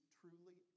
truly